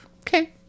Okay